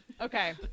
okay